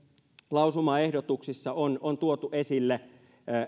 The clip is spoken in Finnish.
lausumaehdotuksissa on on tuotu esille